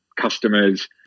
customers